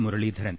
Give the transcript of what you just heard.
Muraleedharan